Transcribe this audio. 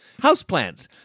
Houseplants